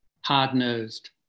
hard-nosed